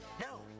no